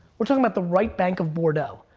we're talking about the right bank of bordeaux.